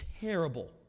terrible